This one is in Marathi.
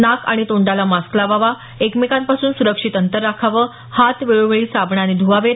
नाक आणि तोंडाला मास्क लावावा एकमेकांपासून सुरक्षित अंतर राखावं हात वेळोवेळी साबणाने ध्वावेत